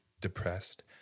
depressed